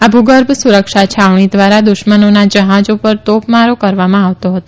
આ ભૂગર્ભ સુરક્ષા છાવણી દ્વારા દુશ્મનોનાં જહાજા પર તોપમારો કરવામાં આવતો હતો